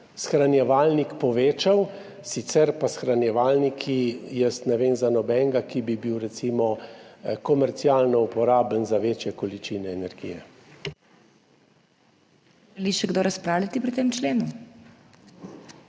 shranjevalnik povečal, sicer pa shranjevalniki, jaz ne vem za nobenega, ki bi bil recimo komercialno uporaben za večje količine energije. PODPREDSEDNICA MAG. MEIRA HOT: Želi še kdo razpravljati pri tem členu?